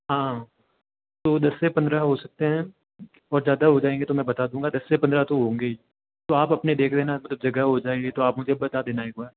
हाँ तो दस से पंद्रह हो सकते हैं और ज़्यादा हो जाएंगे तो मैं बता दूँगा दस से पंद्रह तो होंगे ही तो आप अपने देख लेना मतलब जगह हो जाएंगे तो आप मुझे बता देना एक बार